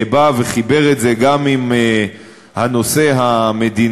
חיבר את זה גם עם הנושא המדיני,